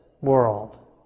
world